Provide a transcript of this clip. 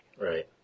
Right